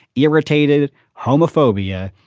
irritated homophobia.